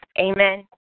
Amen